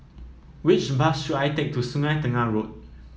which bus should I take to Sungei Tengah Road